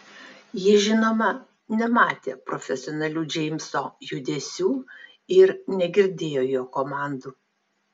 ji žinoma nematė profesionalių džeimso judesių ir negirdėjo jo komandų